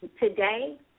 today